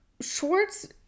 Schwartz